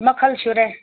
ꯃꯈꯜ ꯁꯨꯔꯦ